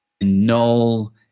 null